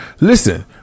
listen